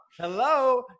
Hello